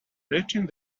reaching